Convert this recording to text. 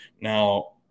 Now